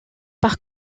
par